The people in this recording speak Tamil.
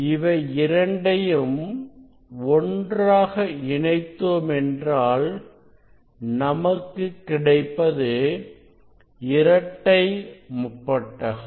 இவை இரண்டையும் ஒன்றாக இணைத்தோம் என்றால் நமக்கு கிடைப்பது இரட்டை முப்பட்டகம்